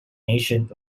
ancient